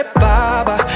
baba